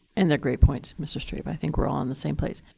and they're great points, mr. strebe. i think we're all in the same place.